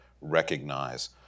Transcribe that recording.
recognize